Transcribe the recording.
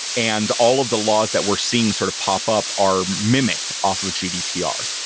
and all of the laws that we're seeing sort of pop-up are mimicked off of gdpr.